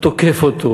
תוקף אותו